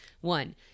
one